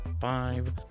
five